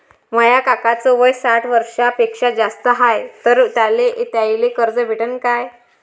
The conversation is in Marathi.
माया काकाच वय साठ वर्षांपेक्षा जास्त हाय तर त्याइले कर्ज भेटन का?